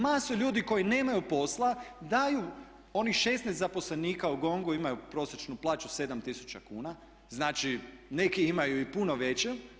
Masu ljudi koji nemaju posla daju onih 16 zaposlenika u GONG-u imaju prosječnu plaću 7 tisuća kuna, znači neki imaju i puno veću.